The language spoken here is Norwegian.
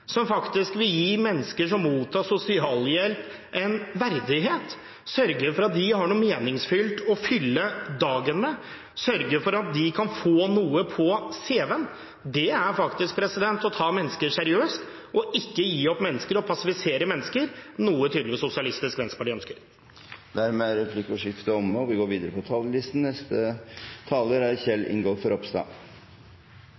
som faktisk vil gi mennesker som mottar sosialhjelp, verdighet, sørger for at de har noe meningsfylt å fylle dagen med, sørger for at de kan få noe på CV-en. Det er å ta mennesker seriøst og ikke gi opp mennesker og passivisere dem, noe tydeligvis Sosialistisk Venstreparti ønsker. Replikkordskiftet er omme. En av de viktigste oppgavene vi har som politikere, er